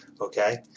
okay